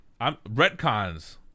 retcons